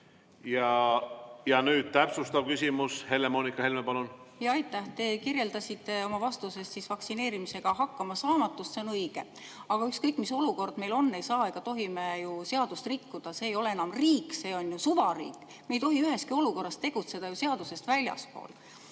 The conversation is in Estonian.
Nüüd täpsustav küsimus. Helle-Moonika Helme, palun! Aitäh! Te kirjeldasite oma vastuses vaktsineerimisega hakkamasaamatust, see on õige. Aga ükskõik, mis olukord meil on, ei saa ega tohi me ju seadust rikkuda. See ei ole enam riik, see on suvariik. Me ei tohi üheski olukorras tegutseda seadusest väljaspool.